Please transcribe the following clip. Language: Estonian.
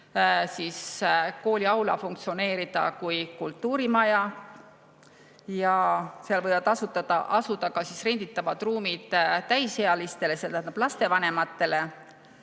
kooliaula võib funktsioneerida kui kultuurimaja ja seal võivad asuda ka renditavad ruumid täisealistele, see tähendab lastevanematele,